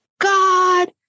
God